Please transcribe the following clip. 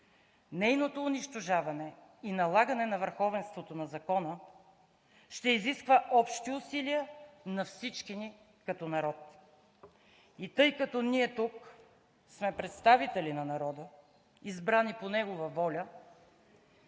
Нейното унищожаване и налагане на върховенството на закона ще изисква общи усилия на всички ни като народ. И тъй като ние тук сме представители на народа, избрани по негова воля,